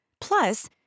Plus